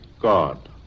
God